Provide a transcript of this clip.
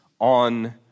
on